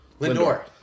Lindor